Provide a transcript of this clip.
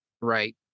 right